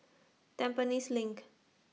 Tampines LINK